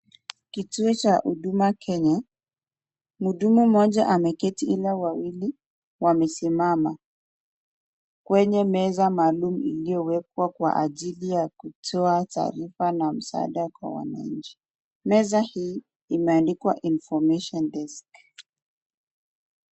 Kituo cha hduma kenya, mhudumu mmoja ameketi ila wawili wamesimama kwenye meza maalum iliyowekwa kwa ajili ya kutoa taarifa na msaada kwa wananchi, meza hii imeandikwa information desk